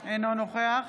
אינו נוכח